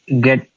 get